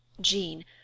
Jean